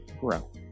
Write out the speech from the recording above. grow